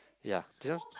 ya